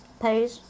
page